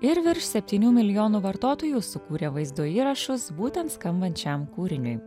ir virš septynių milijonų vartotojų sukūrė vaizdo įrašus būtent skambant šiam kūriniui